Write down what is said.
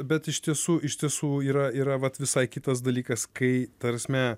bet iš tiesų iš tiesų yra yra vat visai kitas dalykas kai ta prasme